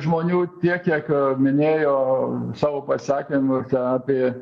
žmonių tiek kiek minėjo savo pasisakymuose apie